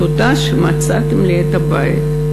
תודה שמצאתם לי את הבית,